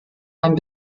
einem